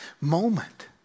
moment